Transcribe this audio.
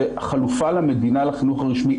זו חלופה למדינה לחינוך הרשמי.